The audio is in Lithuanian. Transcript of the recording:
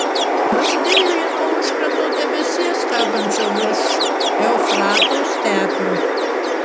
prasidėjo ji nuo užkrato debesies kabančio virš eufrato stepių